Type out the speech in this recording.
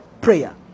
prayer